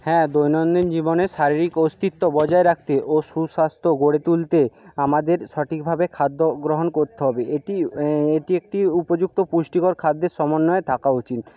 হ্যাঁ দৈনন্দিন জীবনে শারীরিক অস্তিত্ব বজায় রাখতে ও সুস্বাস্থ্য গড়ে তুলতে আমাদের সঠিকভাবে খাদ্য গ্রহণ করতে হবে এটি এটি একটি উপযুক্ত পুষ্টিকর খাদ্যের সমন্বয় থাকা উচিত